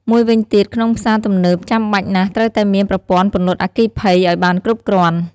មួយវិញទៀត ក្នុងផ្សារទំនើបចាំបាច់ណាស់ត្រូវតែមានប្រព័ន្ធពន្លត់អគ្គិភ័យអោយបានគ្រប់គ្រាន់។